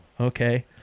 Okay